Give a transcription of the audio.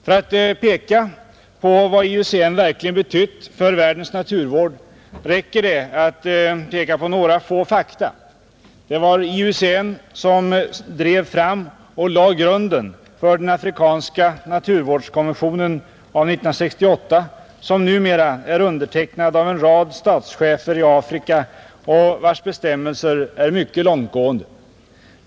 För att visa vad IUCN verkligen har betytt för världens naturvård räcker det att peka på några få fakta. Det var IUCN som drev fram och lade grunden till den afrikanska naturvårdskonventionen av 1968, som numera är undertecknad av en rad statschefer i Afrika och vars bestämmelser är mycket långtgående.